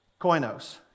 Koinos